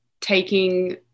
taking